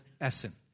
essence